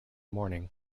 morning